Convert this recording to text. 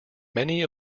many